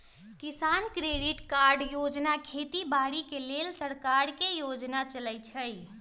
किसान credit card योजना खेती बाड़ी करे लेल सरकार के योजना चलै छै